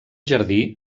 jardí